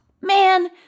man